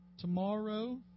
tomorrow